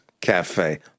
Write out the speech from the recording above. Cafe